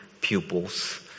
pupils